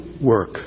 work